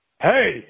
Hey